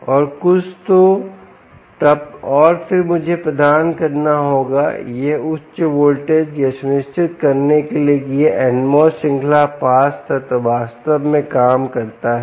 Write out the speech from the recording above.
और कुछ तो तब और फिर मुझे प्रदान करना होगा यह उच्च वोल्टेज यह सुनिश्चित करने के लिए कि यह NMOS श्रृंखला पास तत्व वास्तव में काम करता है